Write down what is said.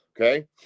Okay